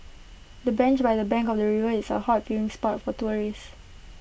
the bench by the bank of the river is A hot viewing spot for tourists